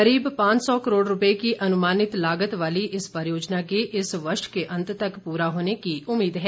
करीब पांच सौ करोड़ रूपये की अनुमानित लागत वाली इस परियोजना के इस वर्ष के अंत तक पूरा होने की उम्मीद है